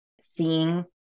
seeing